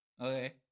Okay